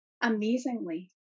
Amazingly